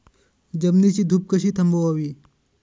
जमिनीची धूप कशी थांबवावी?